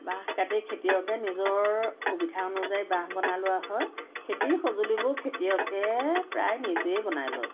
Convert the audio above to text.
বাঁহ কাটি খেতিয়কে নিজৰ সুবিধা অনুযায়ী বাঁহ বনাই লোৱা হয় খেতিৰ সঁজুলিবোৰ খেতিয়কেহে প্ৰায় নিজেই বনাই লয়